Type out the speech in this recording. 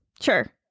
Sure